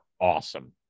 awesome